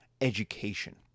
education